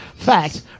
Fact